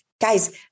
Guys